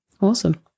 Awesome